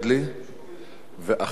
ואחריו,